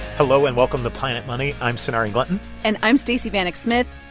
hello, and welcome to planet money. i'm sonari glinton and i'm stacey vanek-smith.